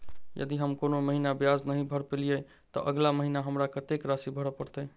यदि हम कोनो महीना ब्याज नहि भर पेलीअइ, तऽ अगिला महीना हमरा कत्तेक राशि भर पड़तय?